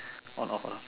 on off lah